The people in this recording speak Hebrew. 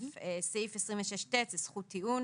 26טזכות טיעון